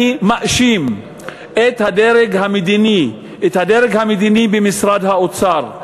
אני מאשים את הדרג המדיני במשרד האוצר,